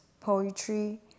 poetry